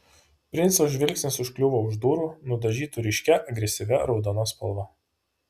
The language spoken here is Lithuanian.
princo žvilgsnis užkliuvo už durų nudažytų ryškia agresyvia raudona spalva